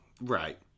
Right